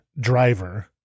driver